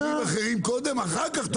אני יודע.